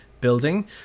building